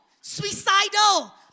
Suicidal